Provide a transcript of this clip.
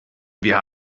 wir